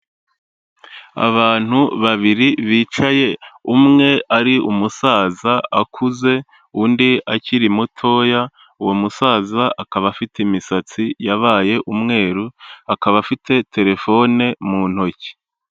Abantu babiri bicaye umwe ari umusaza akuze undi akiri mutoya uwo musaza akaba afite imisatsi yabaye umweru akaba afite telefone mu ntoki.